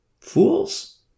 Fools